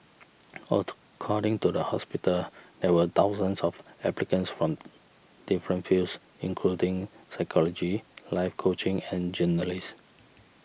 according to the hospital there were thousands of applicants from different fields including psychology life coaching and journalism